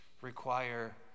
require